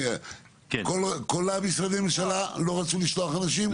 כל משרדי הממשלה לא רצו לשלוח אנשים.